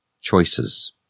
Choices